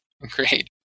Great